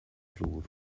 vloer